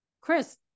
Chris